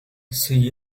see